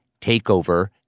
Takeover